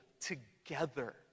together